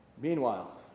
Meanwhile